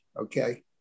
okay